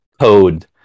code